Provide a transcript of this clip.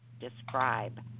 describe